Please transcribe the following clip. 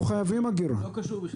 זה לא קשור.